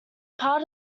part